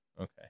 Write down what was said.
Okay